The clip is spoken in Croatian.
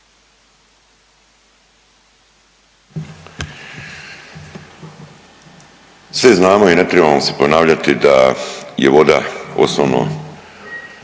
Sve znamo i ne tribamo se ponavljati da je voda osnovno